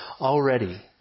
already